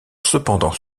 cependant